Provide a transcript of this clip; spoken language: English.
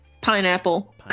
Pineapple